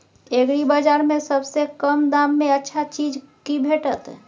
एग्रीबाजार में सबसे कम दाम में अच्छा चीज की भेटत?